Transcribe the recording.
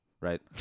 right